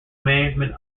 management